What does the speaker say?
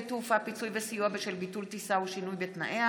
תעופה (פיצוי וסיוע בשל ביטול טיסה או שינוי בתנאיה)